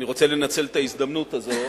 אני רוצה לנצל את ההזדמנות הזאת